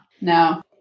No